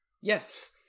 Yes